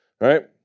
right